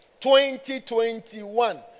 2021